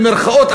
במירכאות,